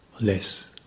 Less